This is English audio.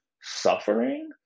suffering